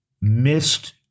missed